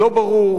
לא ברור.